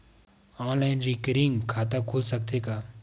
Online recurring खाता खुल सकथे का?